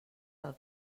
del